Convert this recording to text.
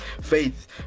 faith